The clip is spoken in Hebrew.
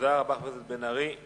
תודה רבה לחבר הכנסת בן-ארי.